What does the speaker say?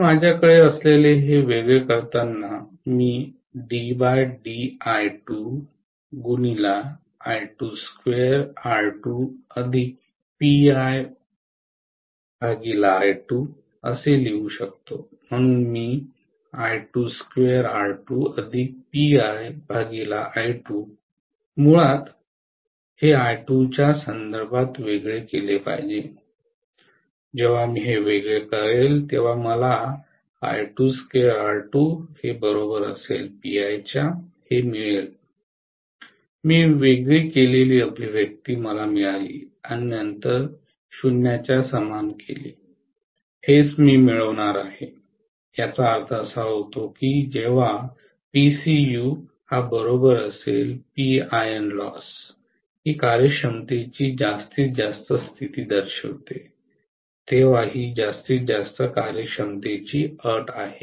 मी माझ्याकडे असलेले हे वेगळे करताना मी लिहू शकतो म्हणून मी मुळात हे I2 च्या संदर्भात वेगळे केले पाहिजे म्हणून जेव्हा मी हे वेगळे करेल तेव्हा मला हेच मिळेल मी वेगळी केलेली अभिव्यक्ती मला मिळाली आणि नंतर 0 च्या समान केली हेच मी मिळवणार आहे याचा अर्थ असा होतो की जेव्हा ही कार्यक्षमतेची जास्तीत जास्त स्थिती दर्शवते तेव्हा ही जास्तीत जास्त कार्यक्षमतेची अट आहे